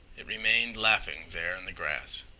it remained laughing there in the grass.